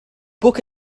book